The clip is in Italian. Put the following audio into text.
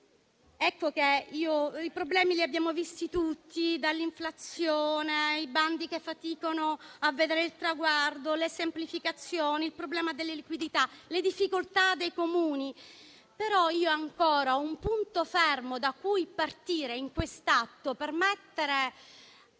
colpito. I problemi li abbiamo visti tutti, dall'inflazione ai bandi che faticano a vedere il traguardo, dal tema delle semplificazioni al problema delle liquidità, alle difficoltà dei Comuni. Però un punto fermo da cui partire, in quest'atto, per mettere